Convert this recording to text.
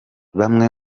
bamwe